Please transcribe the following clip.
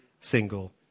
single